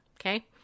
Okay